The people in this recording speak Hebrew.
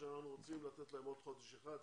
שאנחנו רוצים לתת להם עוד חודש אחד,